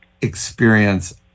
experience